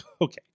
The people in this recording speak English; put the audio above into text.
Okay